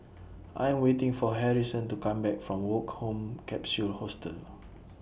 I'm waiting For Harrison to Come Back from Woke Home Capsule Hostel